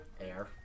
Air